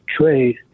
trade